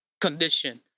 condition